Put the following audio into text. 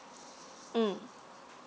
mm